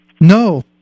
No